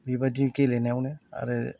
बिबादि गेलेनायावनो आरो